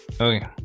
Okay